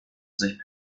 sich